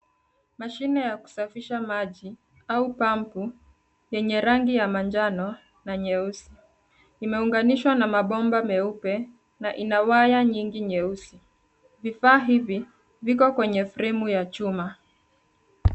Mashine ya kusafisha maji au pampu yenye rangi ya manjano na nyeusi. Imeunganishwa na mabomba meupe na ina waya nyingi nyeusi. Vifaa hivi viko kwenye fremu ya chuma.